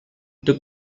took